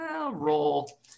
Roll